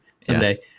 someday